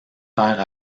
faire